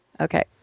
Okay